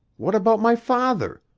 what about my father?